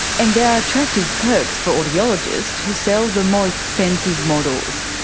and there are attractive perks for audiologists who sell the more expensive models.